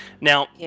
Now